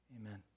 amen